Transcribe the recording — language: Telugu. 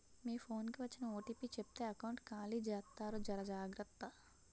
మీ ఫోన్ కి వచ్చిన ఓటీపీ చెప్తే ఎకౌంట్ ఖాళీ జెత్తారు జర జాగ్రత్త